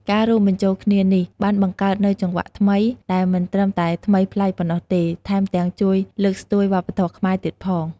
ការរួមបញ្ចូលគ្នានេះបានបង្កើតនូវចង្វាក់ថ្មី ដែលមិនត្រឹមតែថ្មីប្លែកប៉ុណ្ណោះទេ ថែមទាំងជួយលើកស្ទួយវប្បធម៌ខ្មែរទៀតផង។